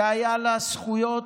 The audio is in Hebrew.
שהיו לה זכויות